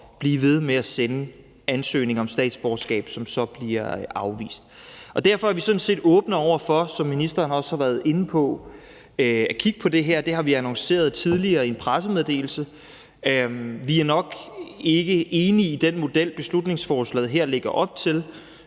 blive ved med at sende ansøgninger om statsborgerskab, som så bliver afvist. Derfor er vi sådan set åbne over for, som ministeren også har været inde på, at kigge på det her. Det har vi annonceret tidligere i en pressemeddelelse. Vi er nok ikke enige i den model, beslutningsforslaget her lægger op til,